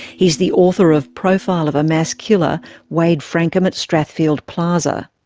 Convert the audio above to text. he's the author of profile of a mass killer wade frankum at strathfield plaza.